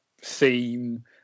theme